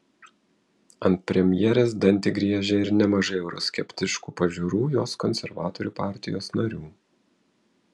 ant premjerės dantį griežia ir nemažai euroskeptiškų pažiūrų jos konservatorių partijos narių